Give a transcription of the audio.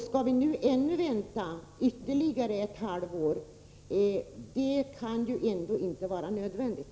Skall vi vänta ytterligare ett halvår på detta? Det kan ändå inte vara nödvändigt!